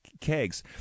kegs